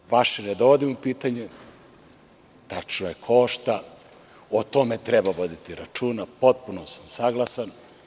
Ovo vaše ne dovodim u pitanje, tačno je - košta, o tome treba voditi računa, potpuno sam saglasan.